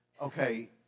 okay